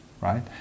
right